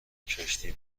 کشتی